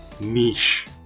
niche